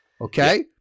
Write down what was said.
Okay